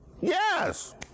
Yes